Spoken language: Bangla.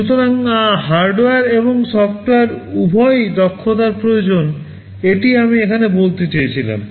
সুতরাং হার্ডওয়্যার এবং সফ্টওয়্যার উভয়ই দক্ষতার প্রয়োজন এটি আমি এখানে বলতে চেয়েছিলাম